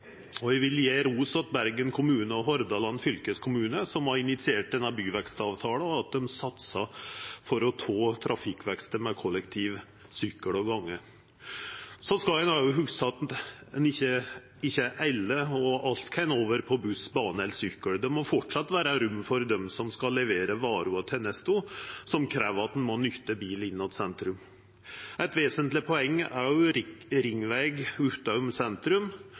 kommune og Hordaland fylkeskommune, som har initiert denne byvekstavtala, for at dei satsar på å ta trafikkveksten med kollektiv, sykkel og gonge. Så skal ein òg hugsa at ikkje alle og alt kan over på buss, bane eller sykkel. Det må framleis vera rom for dei som skal levera varer og tenester som krev at ein må nytta bil inn mot sentrum. Eit vesentleg poeng er òg ringveg utom sentrum